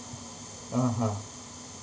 (uh huh)